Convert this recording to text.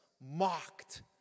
Mocked